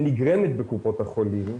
שנגרמת בקופות החולים,